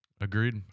Agreed